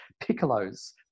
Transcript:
piccolos